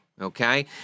Okay